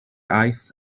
aeth